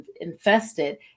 infested